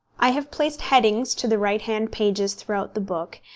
i have placed headings to the right-hand pages throughout the book,